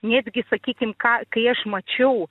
netgi sakykim ką kai aš mačiau